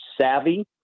savvy